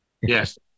Yes